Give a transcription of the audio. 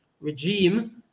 regime